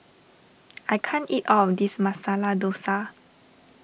I can't eat all of this Masala Dosa